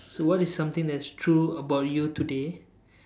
so what is something that is true about you today